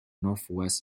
northwest